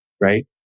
right